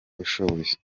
ushoboye